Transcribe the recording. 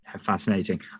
Fascinating